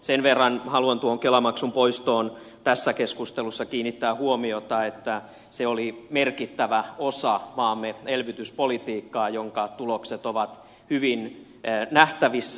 sen verran haluan tuohon kelamaksun poistoon tässä keskustelussa kiinnittää huomiota että se oli merkittävä osa maamme elvytyspolitiikkaa jonka tulokset ovat hyvin nähtävissä